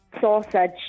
sausage